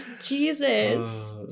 Jesus